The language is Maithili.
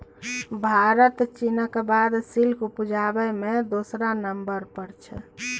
भारत चीनक बाद सिल्क उपजाबै मे दोसर नंबर पर छै